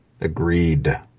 Agreed